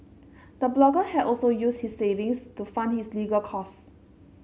the blogger had also used his savings to fund his legal costs